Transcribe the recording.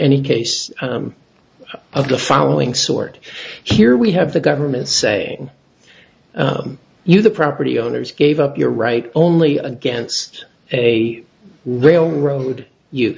any case of the following sort here we have the government saying you the property owners gave up your right only against a railroad